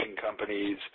companies